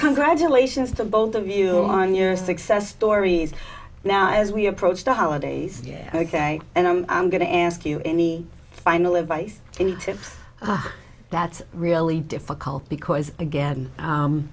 congratulations to both of you on your success stories now as we approach the holidays ok and i'm going to ask you any final advice any tips that's really difficult because again